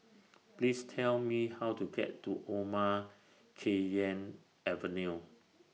Please Tell Me How to get to Omar Khayyam Avenue